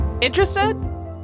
Interested